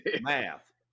Math